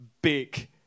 Big